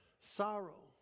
sorrow